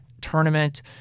tournament